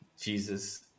Jesus